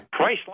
Priceline